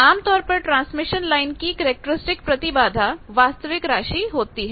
आमतौर पर transmission line की कैरेक्टरिस्टिक प्रतिबाधा वास्तविक राशि होती है